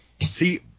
See